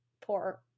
poor